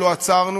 ולא עצרנו.